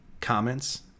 comments